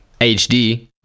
HD